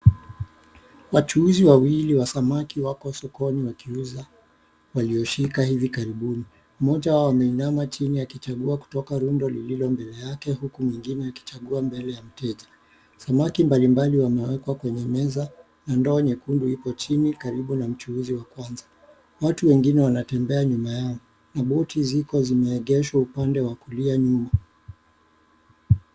Wachuuzi wawili wa samaki wako sokoni wakiuza walioshika hivi karibuni mmoja wao ameinama chini akichagua kutoka rundo lililo mbele yake huku mwingine akichagua mbele ya mteja. Samaki mbalimbali wamewekwa kwenye meza na ndoo nyekundu Iko chini karibu na mchuuzi wa kwanza. Watu wengine wanatembea nyuma yao na boti ziko zimeegeshwa upande wa kulia nyuma.